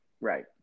Right